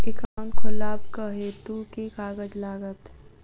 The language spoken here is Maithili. एकाउन्ट खोलाबक हेतु केँ कागज लागत?